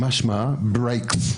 משמע ברייק.